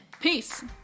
Peace